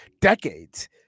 decades